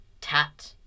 tat